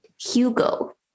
hugo